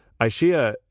Aisha